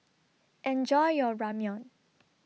Enjoy your Ramyeon